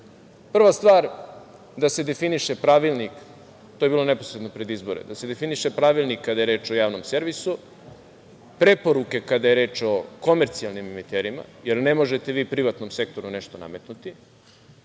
stvar, da se definiše pravilnik, to je bilo neposredno pred izbore, da se definiše pravilnik kada je reč o javnom servisu, preporuke kada je reč o komercijalnim emiterima, jer ne možete vi privatnom sektoru nešto nametnuti. Druga